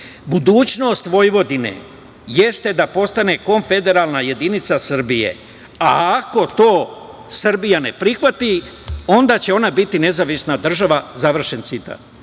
"Budućnost Vojvodine jeste da postane konfederalna jedinica Srbije, a ako to Srbija ne prihvati, onda će ona biti nezavisna država". Zašto